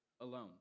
alone